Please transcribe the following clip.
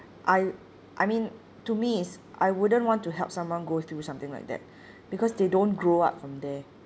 I I mean to me is I wouldn't want to help someone go through something like that because they don't grow up from there